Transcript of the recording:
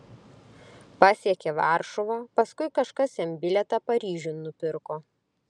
pasiekė varšuvą paskui kažkas jam bilietą paryžiun nupirko